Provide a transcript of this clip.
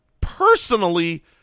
personally